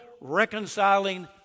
reconciling